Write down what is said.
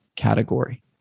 category